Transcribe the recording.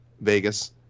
Vegas